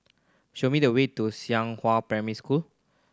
show me the way to Xinghua Primary School